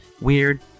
weird